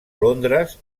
londres